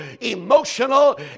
emotional